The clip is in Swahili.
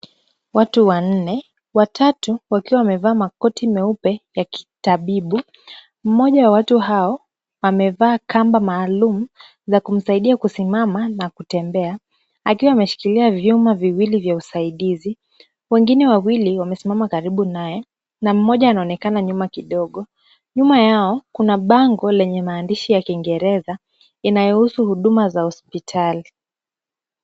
Watu wanne watatu wakiwa wamevaa makoti meupe ya kitabibu. Mmoja wa watu hao amevaa kamba maalum za kumsaidia kusimama na kutembea akiwa ameshikilia vyuma viwili vya usaidizi. Wengine wawili wamesimama karibu naye na mmoja anaonekana nyuma kidogo. Nyuma yao kuna bango lenye maandishi ya Kiingereza inayohusu huduma za hospitali.